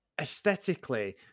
aesthetically